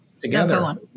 together